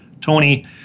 Tony